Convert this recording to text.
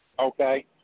Okay